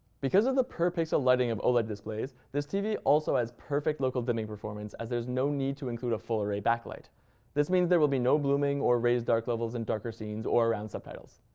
because of the per-pixel lighting of oled displays, this tv also has perfect local dimming performance, as there's no need to include a full array backlight this means there will be no blooming or raised dark levels in darker scenes or around subtitles.